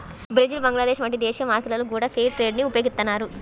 Brazil Bangladesh వంటి దేశీయ మార్కెట్లలో గూడా ఫెయిర్ ట్రేడ్ ని ఉపయోగిత్తన్నారు